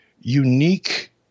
unique